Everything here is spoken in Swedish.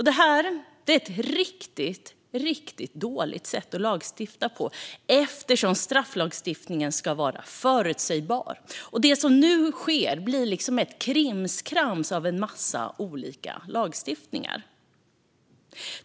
Detta är ett riktigt dåligt sätt att lagstifta på, eftersom strafflagstiftningen ska vara förutsägbar. Det som nu sker är att det blir ett krimskrams av en massa olika lagstiftningar.